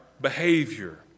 behavior